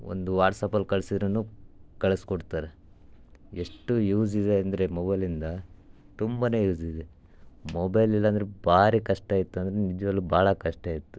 ಒಂದು ವಾಟ್ಸ್ಆಪಲ್ಲಿ ಕಳ್ಸಿದ್ರು ಕಳ್ಸಿಕೊಡ್ತಾರೆ ಎಷ್ಟು ಯೂಸ್ ಇದೆ ಅಂದರೆ ಮೊಬೈಲಿಂದ ತುಂಬ ಯೂಸಿದೆ ಮೊಬೈಲಿಲ್ಲಾಂದ್ರೆ ಭಾರಿ ಕಷ್ಟ ಇತ್ತು ಅಂದರೆ ನಿಜವಾಗ್ಲೂ ಭಾಳ ಕಷ್ಟ ಇತ್ತು